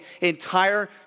entire